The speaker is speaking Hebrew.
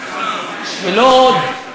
ולא עוד,